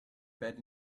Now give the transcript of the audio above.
bed